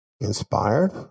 inspired